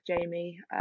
Jamie